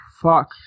fuck